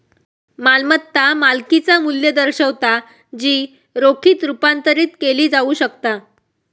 मालमत्ता मालकिचा मू्ल्य दर्शवता जी रोखीत रुपांतरित केली जाऊ शकता